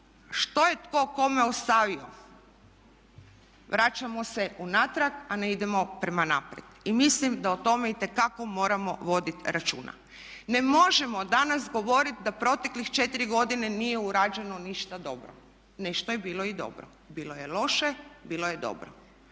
što je tko kome ostavio, vraćamo se unatrag a ne idemo prema naprijed. I mislim da o tome itekako moramo voditi računa. Ne možemo danas govoriti da proteklih 4 godine nije urađeno ništa dobro, nešto je bilo i dobro, bilo je loše, bilo je dobro.